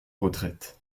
retraite